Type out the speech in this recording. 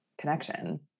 connection